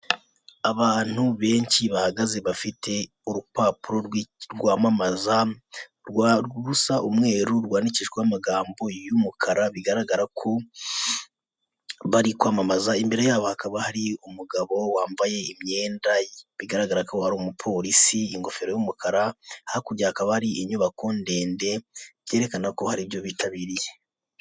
Abantu benshi bahagaze bafite urupapuro rwamamaza rusa umweru rwandikishwa amagambo y'umukara bigaragara ko bari kwamamaza, imbere yabo hakaba hari umugabo wambaye imyenda bigaragara ko ari umupolisi ingofero y'umukara, hakurya hakaba hari inyubako ndende byerekana ko hari ibyo bitabiriye.